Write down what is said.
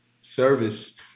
service